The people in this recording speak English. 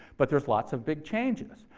but there's lots of big changes.